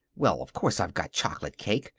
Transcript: well, of course i've got chocolate cake.